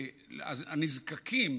הנזקקים,